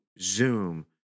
Zoom